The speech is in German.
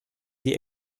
die